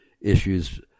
issues